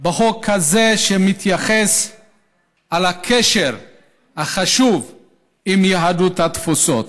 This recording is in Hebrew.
בחוק הזה, שמתייחס לקשר החשוב עם יהדות התפוצות.